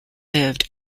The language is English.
lived